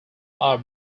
are